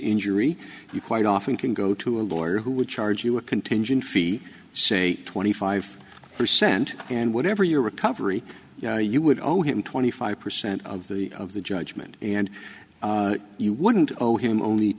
injury you quite often can go to a lawyer who would charge you a contingent fee say twenty five percent and whatever your recovery you know you would owe him twenty five percent of the of the judgment and you wouldn't know him only